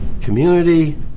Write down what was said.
community